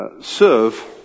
serve